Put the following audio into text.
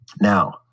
Now